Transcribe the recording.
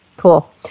cool